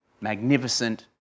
magnificent